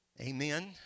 Amen